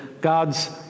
God's